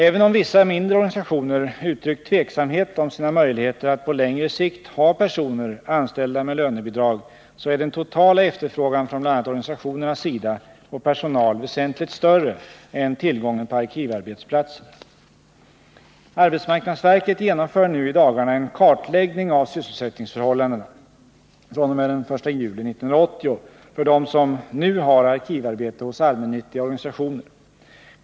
Även om vissa mindre organisationer uttryckt tveksamhet om sina möjligheter att på längre sikt ha personer anställda med lönebidrag så är den totala efterfrågan från bl.a. organisationernas sida på personal väsentligt större än tillgången på arkivarbetsplatser. Arbetsmarknadsverket genomför nu i dagarna en kartläggning av sysselsättningsförhållandena fr.o.m. den 1 juli 1980 för dem som nu har arkivarbete hos allmännyttiga organisationer.